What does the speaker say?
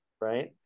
right